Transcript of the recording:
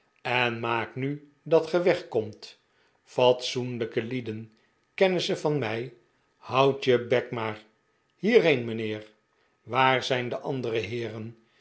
en maak nu dat ge wegkomt fatsoenlijke lieden kennissen van mij houd je bek maar hierheen mijnheer waar zijn de andere heeren